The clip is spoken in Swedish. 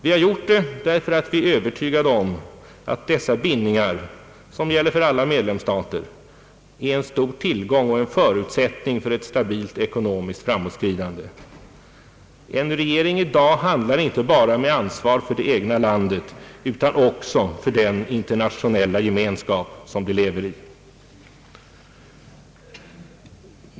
Vi har gjort det därför att vi är övertygade om att dessa bindningar, som gäller för alla medlemsstater, är en stor tillgång och en förutsättning för ett stabilt ekonomiskt framåtskridande. En regering i dag handlar inte bara med ansvar för det egna landet utan också för den internationella gemenskap som den 1lever i.